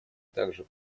также